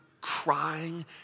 crying